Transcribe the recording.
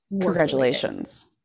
Congratulations